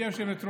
איזו זלזול.